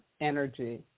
energy